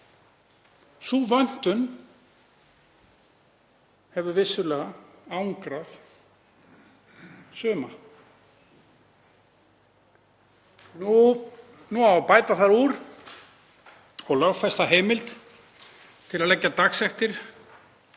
Sú vöntun hefur vissulega angrað suma. Nú á að bæta þar úr og lögfesta heimild til að leggja dagsektir